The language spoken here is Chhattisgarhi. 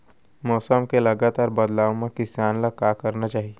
मौसम के लगातार बदलाव मा किसान ला का करना चाही?